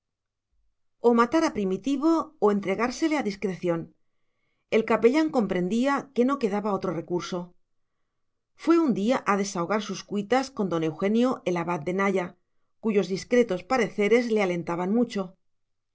o matar a primitivo o entregársele a discreción el capellán comprendía que no quedaba otro recurso fue un día a desahogar sus cuitas con don eugenio el abad de naya cuyos discretos pareceres le alentaban mucho